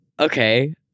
okay